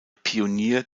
pionier